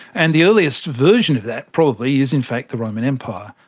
and the earliest version of that probably is in fact the roman empire.